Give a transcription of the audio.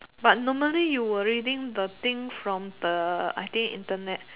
but normally you will reading the thing from the I think Internet